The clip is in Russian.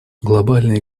глобальный